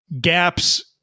gaps